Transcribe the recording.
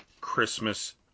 Christmas